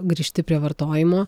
grįžti prie vartojimo